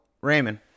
Raymond